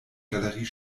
galerie